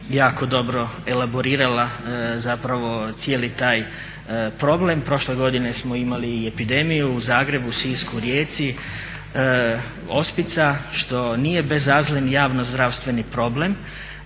jako dobro elaborirala zapravo cijeli taj problem. Prošle godine smo imali i epidemiju u Zagrebu, Sisku, Rijeci ospica što nije bezazlen javno-zdravstveni problem